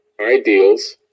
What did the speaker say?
ideals